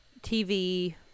TV